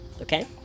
okay